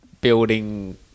building